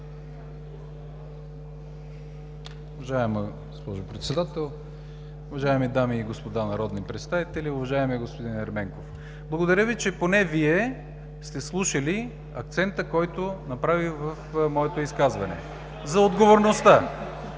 Уважаема госпожо Председател, Уважаеми дами и господа народни представители! Уважаеми господин Ерменков, благодаря Ви, че поне Вие сте слушали акцента, който направих в моето изказване за отговорността.